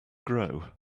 grow